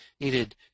needed